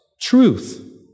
truth